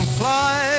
fly